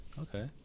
Okay